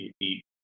eat